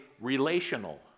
relational